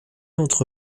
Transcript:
entre